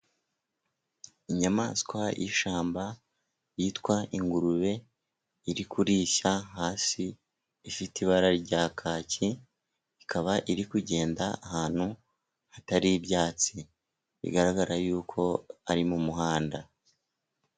Inyamaswa y'ishyamba yitwa ingurube, iri kurisha hasi ifite ibara rya kaki, ikaba iri kugenda ahantu hatari ibyatsi bigaragara yuko ari mu muhanda.